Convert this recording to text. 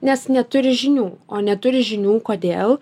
nes neturi žinių o neturi žinių kodėl